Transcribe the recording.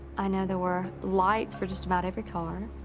i know there were lights for just about every car,